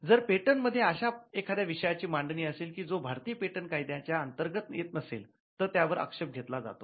जर पेटंट मध्ये अशा एखाद्या विषयाची मांडणी असेल की जो भारतीय पेटंट कायद्याच्या अंतर्गत येत नसेल तर त्यावर आक्षेप घेतला जातो